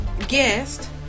guest